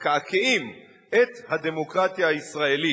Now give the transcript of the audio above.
מקעקעים, את הדמוקרטיה הישראלית.